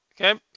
Okay